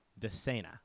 DeSena